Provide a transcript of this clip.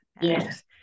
yes